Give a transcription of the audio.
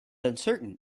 uncertain